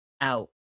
out